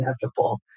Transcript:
inevitable